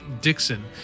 Dixon